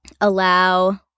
allow